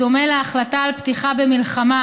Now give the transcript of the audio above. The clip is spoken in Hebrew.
בדומה להחלטה על פתיחה במלחמה,